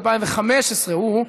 אוה,